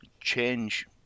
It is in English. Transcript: change